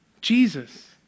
Jesus